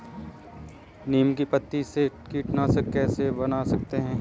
नीम की पत्तियों से कीटनाशक कैसे बना सकते हैं?